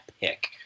pick